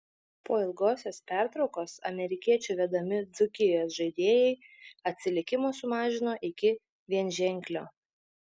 po ilgosios pertraukos amerikiečių vedami dzūkijos žaidėjai atsilikimą sumažino iki vienženklio